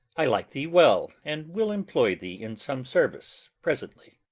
i like thee well, and will employ thee in some service presently.